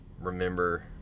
remember